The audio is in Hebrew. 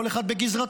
כל אחד בגזרתו,